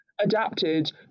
Adapted